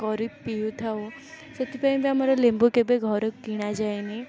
କରି ପିଉଥାଉ ସେଥିପାଇଁ ବି ଆମର ଲେମ୍ବୁ କେବେ ଘରେ କିଣାଯାଏନି